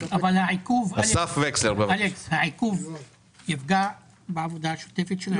אלכס, העיכוב יפגע בעבודה השוטפת שלהם?